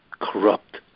corrupt